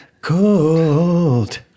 cold